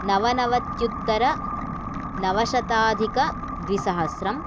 नवनवत्युत्तर नवशताधिक द्विसहस्रम्